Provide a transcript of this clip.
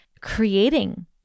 creating